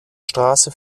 straße